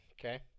Okay